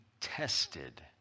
tested